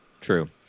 True